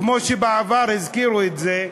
כמו שבעבר הזכירו את זה,